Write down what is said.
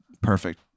perfect